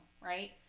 right